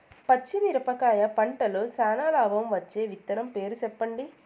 పచ్చిమిరపకాయ పంటలో చానా లాభం వచ్చే విత్తనం పేరు చెప్పండి?